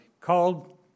called